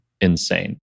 insane